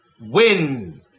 win